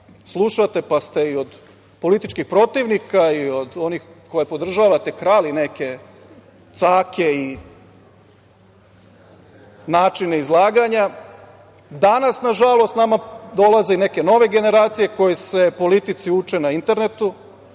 slušate, pa ste i od političkih protivnika i od onih koje podržavate krali neke cake i načine izlaganja. Danas, nažalost, nama dolaze i neke nove generacije koje se politici uče na internetu,